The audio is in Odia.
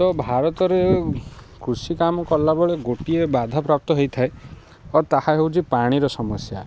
ତ ଭାରତରେ କୃଷି କାମ କଲାବେଳେ ଗୋଟିଏ ବାଧାପ୍ରାପ୍ତ ହେଇଥାଏ ଓ ତାହା ହେଉଛି ପାଣିର ସମସ୍ୟା